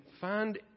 find